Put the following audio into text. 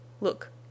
Look